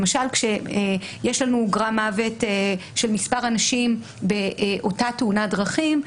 למשל יש לנו גרם מוות של מספר אנשים באותה תאונת דרכים,